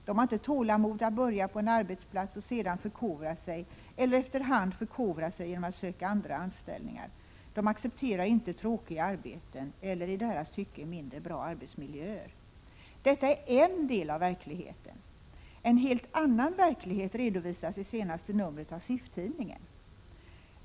De har inte tålamodet att börja på en arbetsplats och sedan förkovra sig eller efter hand förkovra sig genom att söka andra anställningar. De accepterar inte tråkiga arbeten eller i deras tycke mindre bra arbetsmiljöer. Detta är en del av verkligheten. En helt annan verklighet redovisas i senaste numret av SIF-tidningen.